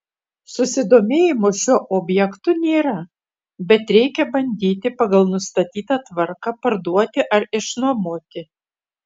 susidomėjimo šiuo objektu nėra bet reikia bandyti pagal nustatytą tvarką parduoti ar išnuomoti